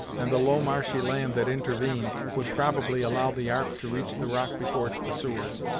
and the low marshy land that intervened, would probably allow the ark to reach the rock before its pursuers,